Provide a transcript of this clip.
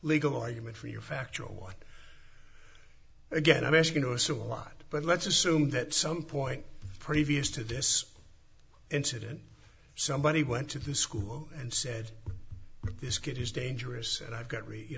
legal argument for your factual one again i'm asking or saw a lot but let's assume that some point previous to this incident somebody went to the school and said this kid is dangerous and i've got